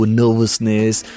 nervousness